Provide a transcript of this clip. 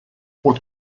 what